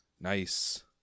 Nice